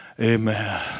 amen